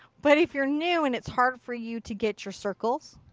but if you're new and it's hard for you to get your circles.